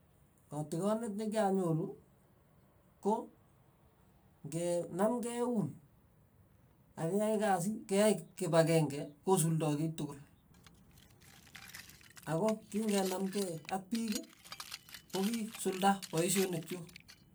Kotikonet nekianyoru ko ng'enamkei eun akeyai kasi, keyai kipakenge kosuldoi kiy tukul, ako king'enamkei ak piik kokisulda paishonik chuk.